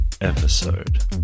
episode